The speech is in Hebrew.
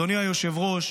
אדוני היושב-ראש,